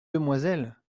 demoiselle